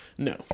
No